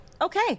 Okay